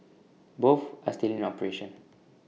both are still in operation